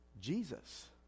Jesus